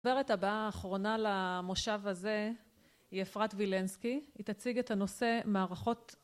הגברת הבאה האחרונה למושב הזה היא אפרת וילנסקי, היא תציג את הנושא מערכות